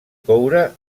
coure